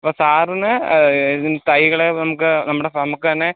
അപ്പം സാറിന് ഇതിൻ്റെ തൈകള് നമുക്ക് നമ്മുടെ നമുക്ക് തന്നെ